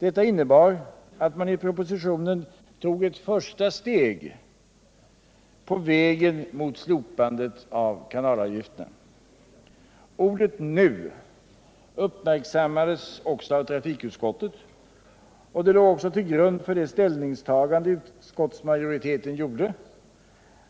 Detta innebar att man i propositionen tog ett första steg på vägen mot slopande av kanalavgifterna. Ordet ”nu” uppmärksammades också av trafikutskottet och låg till grund för det ställningstagande utskottsmajoriteten gjorde,